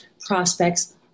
prospects